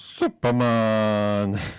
Superman